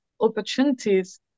opportunities